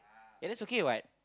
eh that's okay what